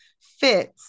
fits